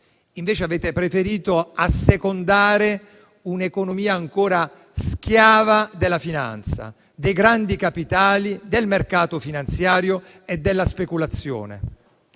Avete invece preferito assecondare un'economia ancora schiava della finanza, dei grandi capitali, del mercato finanziario e della speculazione.